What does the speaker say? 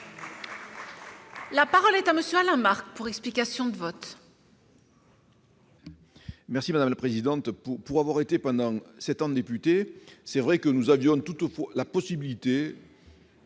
La parole est à M. Alain Marc, pour explication de vote.